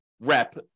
rep